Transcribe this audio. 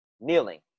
kneeling